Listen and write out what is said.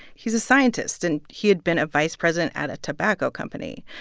he's a scientist, and he had been a vice president at a tobacco company.